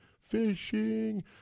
Fishing